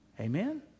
Amen